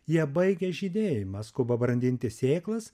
jie baigia žydėjimą skuba brandinti sėklas